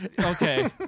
okay